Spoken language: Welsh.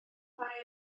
mae